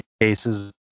cases